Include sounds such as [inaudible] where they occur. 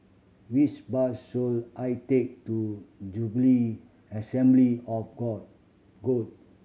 which bus should I take to Jubilee Assembly of God [unintelligible]